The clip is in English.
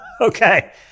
Okay